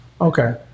Okay